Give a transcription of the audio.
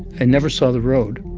and never saw the road.